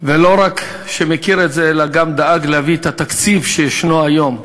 ולא רק מכיר את זה אלא גם דאג להביא את התקציב שיש היום,